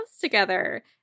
together